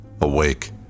awake